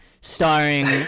starring